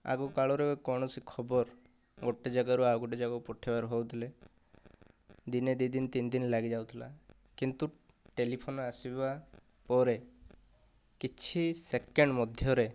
ଆଗ କାଳର କୌଣସି ଖବର ଗୋଟିଏ ଜାଗାରୁ ଆଉ ଗୋଟିଏ ଜାଗା ପଠେଇବାର ହେଉଥିଲେ ଦିନେ ଦୁଇ ଦିନ ତିନ ଦିନ ଲାଗିଯାଉଥିଲା କିନ୍ତୁ ଟେଲିଫୋନ ଆସିବା ପରେ କିଛି ସେକେଣ୍ଡ ମଧ୍ୟରେ